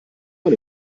man